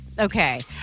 Okay